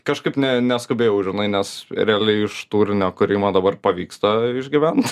kažkaip ne neskubėjau žinai nes realiai iš turinio kurį man dabar pavyksta išgyvent